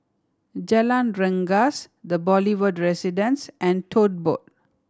Jalan Rengas The Boulevard Residence and Tote Board